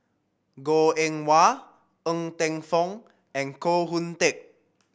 Goh Eng Wah Ng Teng Fong and Koh Hoon Teck